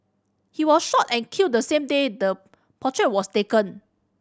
he was shot and killed the same day the portrait was taken